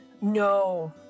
No